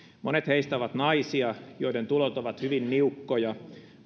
monet heistä ovat naisia joiden tulot ovat hyvin niukkoja